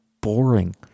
boring